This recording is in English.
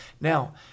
Now